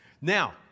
Now